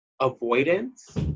avoidance